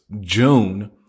June